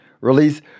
Release